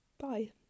bye